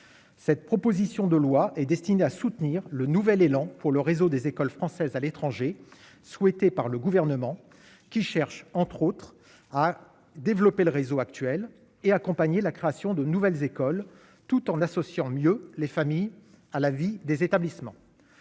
cette proposition de loi est destiné à soutenir le nouvel élan pour le réseau des écoles françaises à l'étranger, souhaitée par le gouvernement, qui cherche, entre autres, à développer le réseau actuel et accompagner la création de nouvelles écoles tout en associant mieux les familles à la vie des établissements.